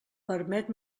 permet